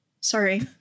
sorry